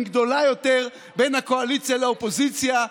גדולה יותר בין הקואליציה לאופוזיציה.